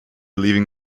leaving